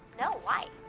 no. why? ah,